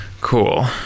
Cool